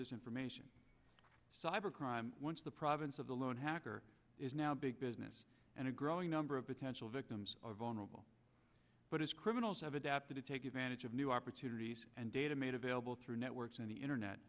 this information cybercrime once the province of the lone hacker is now big business and a growing number of potential victims are vulnerable but as criminals have adapted to take advantage of new opportunities and data made available through networks and the internet